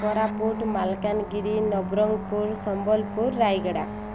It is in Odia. କୋରାପୁଟ ମାଲକାନଗିରି ନବରଙ୍ଗପୁର ସମ୍ବଲପୁର ରାୟଗଡ଼ା